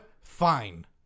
Fine